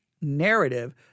Narrative